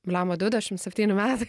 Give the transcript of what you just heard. blemba dvidešim septyni metai